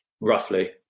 roughly